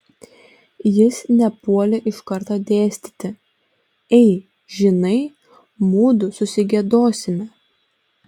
jis nepuolė iš karto dėstyti ei žinai mudu susigiedosime